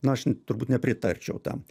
nu aš turbūt nepritarčiau tam